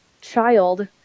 child